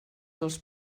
dels